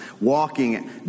walking